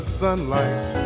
sunlight